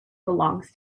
belongs